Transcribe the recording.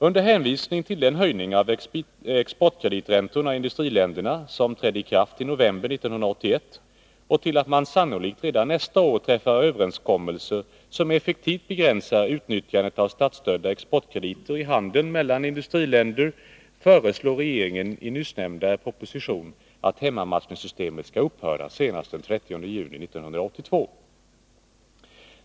Under hänvisning till den höjning av exportkrediträntorna i industriländerna som trädde i kraft i november 1981 och till att man sannolikt redan nästa år träffar överenskommelser som effektivt begränsar utnyttjandet av statsstödda exportkrediter i handeln mellan industriländer föreslår regeringen i nyssnämnda proposition att hemmamatchningssystemet skall upphöra senast den 30 juni 1982.